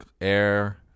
Air